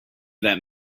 that